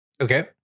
okay